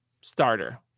starter